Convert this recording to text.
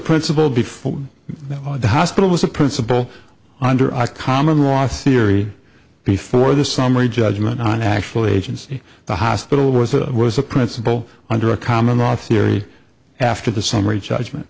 principal before the hospital was a principal under our common law sciri before the summary judgment on actually agency the hospital was a was a principal under a common law theory after the summary judgment